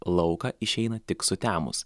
lauką išeina tik sutemus